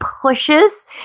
pushes